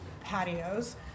patios